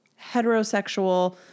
heterosexual